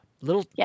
Little